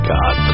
God